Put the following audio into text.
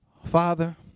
Father